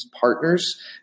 Partners